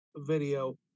video